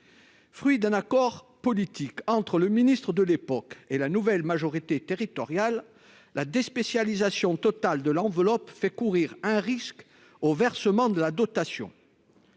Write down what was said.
Fruit d'un accord politique entre le ministre de l'époque et la nouvelle majorité territoriale la des spécialisations total de l'enveloppe fait courir un risque au versement de la dotation